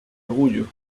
orgullo